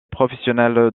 professionnels